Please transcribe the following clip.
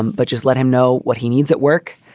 um but just let him know what he needs at work.